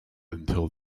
until